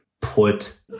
put